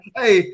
hey